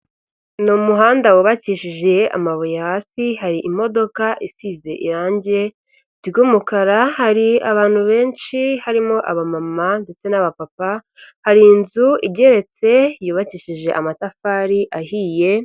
Ni umuhanda wubakishije amabuye hasi, hari imodoka isize irangi ry'umukara, hari abantu benshi, harimo abamama ndetse n'abapapa, hari inzu igeretse yubakishije amatafari ahiye.